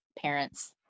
parents